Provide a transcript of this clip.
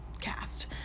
cast